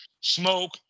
smoke